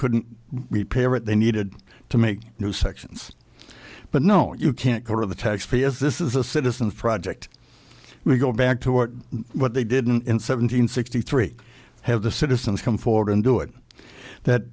couldn't repair it they needed to make new sections but no you can't go to the taxpayers this is a citizen's project we go back to work what they didn't in seven hundred sixty three have the citizens come forward and do it that